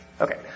Okay